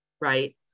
Right